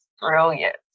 brilliant